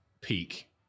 peak